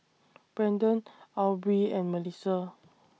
Brendon Aubree and Mellissa